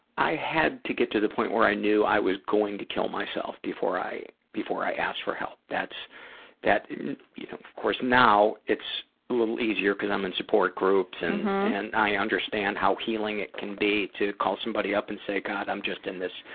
i had to get to the point where i knew i was going to kill myself before i before i asked for help. that's that you know, of course now, it's a little easier because i'm and support groups and and i understand how healing it can be to call somebody up and say, god, i'm just in this